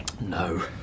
No